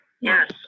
Yes